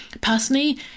Personally